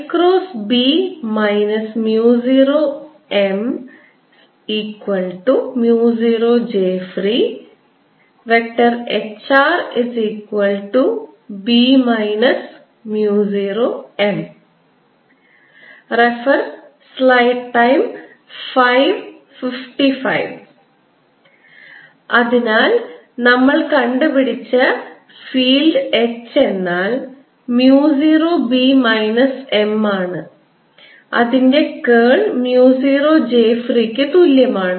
B 0M0jfree HrB 0M അതിനാൽ നമ്മൾ കണ്ടുപിടിച്ച ഫീൽഡ് H എന്നാൽ mu 0 B മൈനസ് M ആണ് അതിൻറെ കേൾmu 0 j free ക്ക് തുല്യമാണ്